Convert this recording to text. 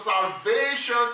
salvation